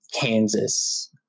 Kansas